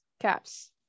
caps